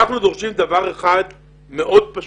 אנחנו דורשים דבר אחד מאוד פשוט.